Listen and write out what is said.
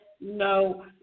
no